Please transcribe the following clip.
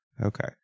okay